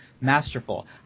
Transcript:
masterful